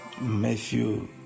Matthew